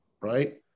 right